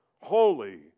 holy